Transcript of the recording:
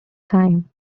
time